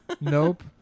Nope